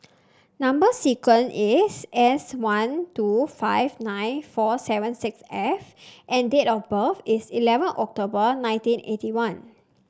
number sequence is S one two five nine four seven six F and date of birth is eleven October nineteen eighty one